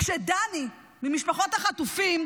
כשדני ממשפחות החטופים,